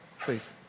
Please